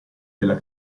della